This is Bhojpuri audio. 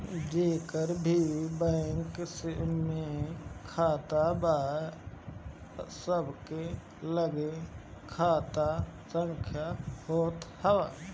जेकर भी बैंक में खाता बा उ सबके लगे खाता संख्या होत हअ